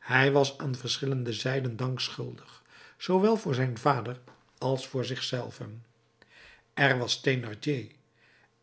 hij was aan verschillende zijden dank schuldig zoowel voor zijn vader als voor zich zelven er was thénardier